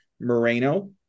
Moreno